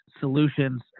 solutions